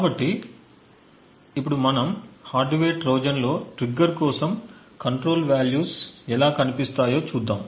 కాబట్టి ఇప్పుడు మనము హార్డ్వేర్ ట్రోజన్లో ట్రిగ్గర్ కోసం కంట్రోల్ వాల్యూస్ ఎలా కనిపిస్తాయో చూద్దాం